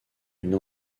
une